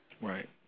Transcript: Right